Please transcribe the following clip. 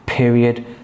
period